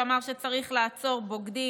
שאמר שצריך לעצור בוגדים.